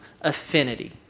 affinity